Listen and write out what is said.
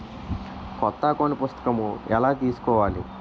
కొత్త అకౌంట్ పుస్తకము ఎలా తీసుకోవాలి?